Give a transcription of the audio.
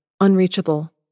unreachable